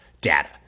data